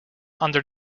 under